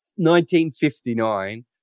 1959